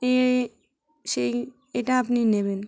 এ সেই এটা আপনি নেবেন